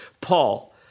Paul